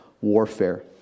warfare